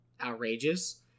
Outrageous